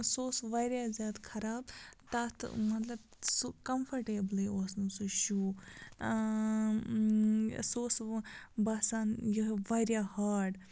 سُہ اوس واریاہ زیادٕ خراب تَتھ مطلب سُہ کَمفٲٹیبلٕے اوس نہٕ سُہ شوٗ سُہ اوس باسان یہِ واریاہ ہاڈ